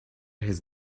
his